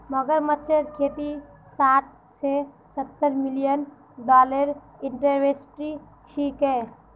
मगरमच्छेर खेती साठ स सत्तर मिलियन डॉलरेर इंडस्ट्री छिके